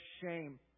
shame